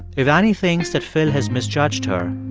if annie thinks that phil has misjudged her,